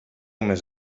més